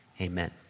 amen